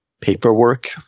paperwork